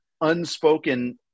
unspoken